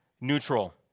neutral